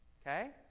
Okay